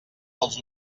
dels